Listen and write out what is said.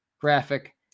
graphic